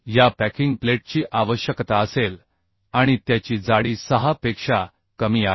या पॅकिंग प्लेटची आवश्यकता असेल आणि त्याची जाडी 6 पेक्षा कमी आहे